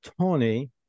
Tony